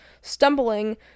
stumbling